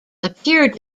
appeared